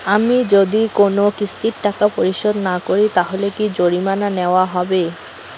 আমি যদি কোন কিস্তির টাকা পরিশোধ না করি তাহলে কি জরিমানা নেওয়া হবে?